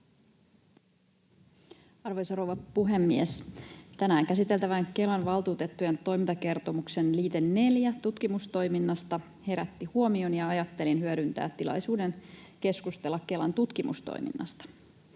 Arvoisa rouva puhemies! Tänään käsiteltävän Kelan valtuutettujen toimintakertomuksen liite 4 tutkimustoiminnasta herätti huomion, ja ajattelin hyödyntää tilaisuuden keskustella Kelan tutkimustoiminnasta.